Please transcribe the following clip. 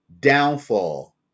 downfall